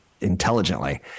intelligently